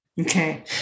Okay